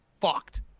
fucked